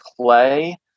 play